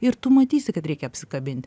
ir tu matysi kad reikia apsikabint